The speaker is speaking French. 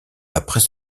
après